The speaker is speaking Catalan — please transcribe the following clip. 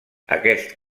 aquest